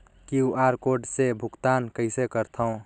QR code से भुगतान कइसे करथव?